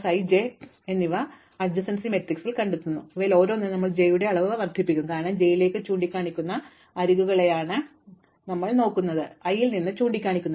ഓരോ ശീർഷകത്തിനും നമ്മൾ ഓരോ അയൽക്കാരനായ i j സമീപസ്ഥല പട്ടിക എന്നിവ നോക്കുന്നു ഇവയിൽ ഓരോന്നിനും നമ്മൾ j യുടെ അളവ് വർദ്ധിപ്പിക്കും കാരണം j ലേക്ക് ചൂണ്ടിക്കാണിക്കുന്ന അരികുകളെയാണ് ഞാൻ നോക്കുന്നത് i ൽ നിന്ന് ചൂണ്ടിക്കാണിക്കുന്നില്ല